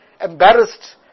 embarrassed